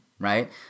Right